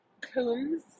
Combs